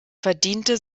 verdiente